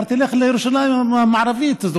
אמרתי: לך לירושלים המערבית.